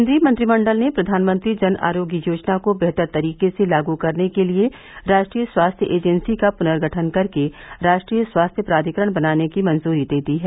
केंद्रीय मंत्रिमंडल ने प्रधानमंत्री जन आरोग्य योजना को बेहतर तरीके से लागू करने के लिए राष्ट्रीय स्वास्थ्य एजेंसी का पुनर्गठन करके राष्ट्रीय स्वास्थ्य प्राधिकरण बनाने की मंजूरी दे दी है